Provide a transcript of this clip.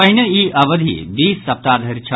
पहिने ई अवधि बीस सप्ताह धरि छल